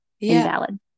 Invalid